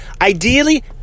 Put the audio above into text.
Ideally